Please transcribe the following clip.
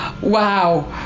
Wow